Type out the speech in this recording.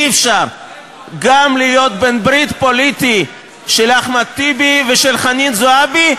אי-אפשר גם להיות בן-ברית פוליטי של אחמד טיבי ושל חנין זועבי,